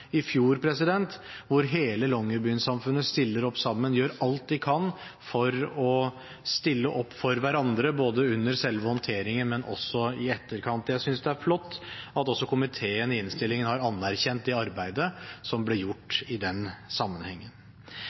i fjor, hvor hele Longyearby-samfunnet stilte opp sammen og gjorde alt de kunne for å stille opp for hverandre, både under selve håndteringen og i etterkant. Jeg synes det er flott at også komiteen i innstillingen har anerkjent det arbeidet som ble gjort i den sammenhengen.